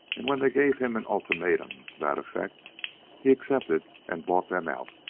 and when they gave him an ultimatum to that effect he accepted and bought them out.